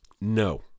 No